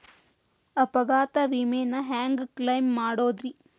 ಅಪಘಾತ ವಿಮೆನ ಹ್ಯಾಂಗ್ ಕ್ಲೈಂ ಮಾಡೋದ್ರಿ?